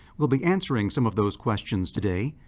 we'll be answering some of those questions today,